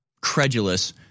credulous